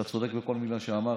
אתה צודק בכל מילה שאמרת,